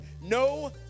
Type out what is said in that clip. no